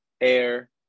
air